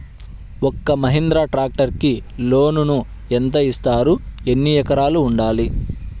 ఒక్క మహీంద్రా ట్రాక్టర్కి లోనును యెంత ఇస్తారు? ఎన్ని ఎకరాలు ఉండాలి?